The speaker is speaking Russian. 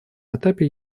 этапе